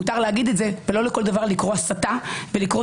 מותר להגיד את זה ולא לכל דבר לקרוא הסתה ושנאה.